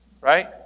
right